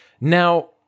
Now